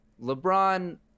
LeBron